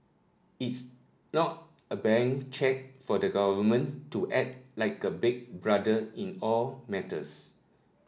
it's not a blank cheque for the government to act like a big brother in all matters